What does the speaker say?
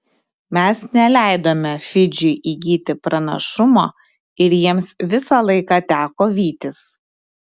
mes neleidome fidžiui įgyti pranašumo ir jiems visą laiką teko vytis